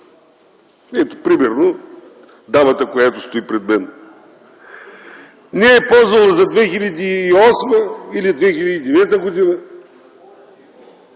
примерно дамата, която стои пред мен, не е ползвала за 2008 или 2009 г.